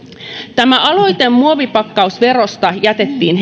tämä aloite muovipakkausverosta jätettiin